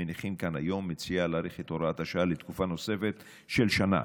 מניחים כאן היום מציעה להאריך את הוראת השעה לתקופה נוספת של שנה,